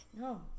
No